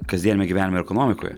kasdieniame gyvenim ir ekonomikoje